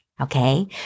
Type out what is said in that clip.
okay